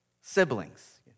siblings